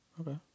Okay